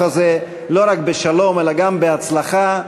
אז הוא גם משלם על התרופה הרבה מאוד כסף כשהוא מביא אותה וגם משלם מע"מ.